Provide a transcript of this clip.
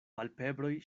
palpebroj